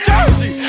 Jersey